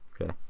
Okay